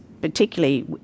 particularly